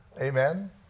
Amen